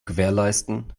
gewährleisten